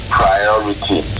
priority